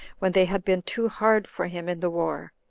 when they had been too hard for him in the war.